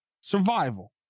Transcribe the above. Survival